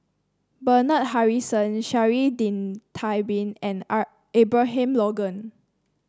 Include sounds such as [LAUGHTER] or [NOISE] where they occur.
Bernard Harrison Sha'ari din Tabin and [UNINTELLIGIBLE] Abraham Logan